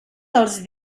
dels